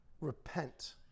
Repent